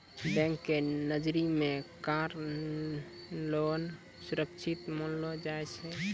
bank के नजरी मे कार लोन सुरक्षित मानलो जाय छै